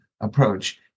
approach